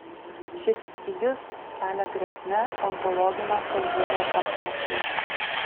šis stygius kelia grėsmę ontologinio saugumo karkasui